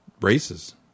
races